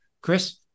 chris